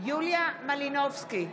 יוליה מלינובסקי,